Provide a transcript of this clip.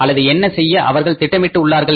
அல்லது என்ன செய்ய அவர்கள் திட்டமிட்டு உள்ளார்கள்